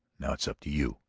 now, it's up to you.